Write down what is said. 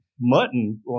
mutton